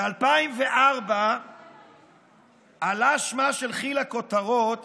ב-2004 עלה שמה של כי"ל לכותרות